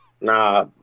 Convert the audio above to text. Nah